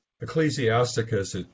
Ecclesiasticus